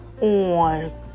on